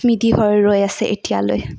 স্মৃতি হৈ ৰৈ আছে এতিয়ালৈ